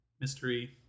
mystery